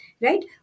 right